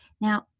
Now